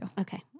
Okay